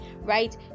right